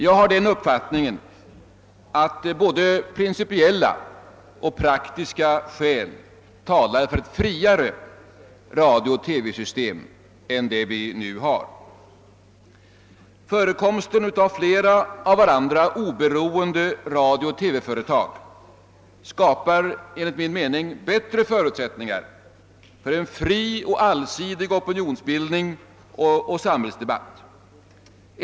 Jag har den uppfattningen att både principiella och praktiska skäl talar för ett friare radiooch TV-system än det vi nu har. Förekomsten av flera av varandra oberoende radiooch TV-företag skapar enligt min mening bättre förutsättningar för en fri och allsidig opinionsbildning och samhällsdebatt.